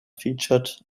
featured